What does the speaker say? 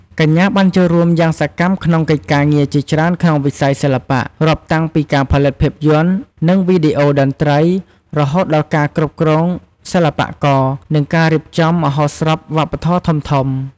កញ្ញាបានចូលរួមយ៉ាងសកម្មក្នុងកិច្ចការងារជាច្រើនក្នុងវិស័យសិល្បៈ រាប់តាំងពីការផលិតភាពយន្ត និងវីដេអូតន្ត្រី រហូតដល់ការគ្រប់គ្រងសិល្បករ និងការរៀបចំមហោស្រពវប្បធម៌ធំៗ។